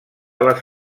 les